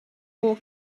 wore